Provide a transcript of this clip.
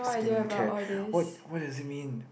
skin care what what does it mean